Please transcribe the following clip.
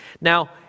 Now